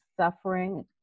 suffering